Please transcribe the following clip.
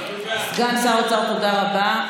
סגן שר האוצר, תודה רבה.